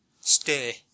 stay